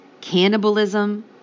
cannibalism